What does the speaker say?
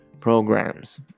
programs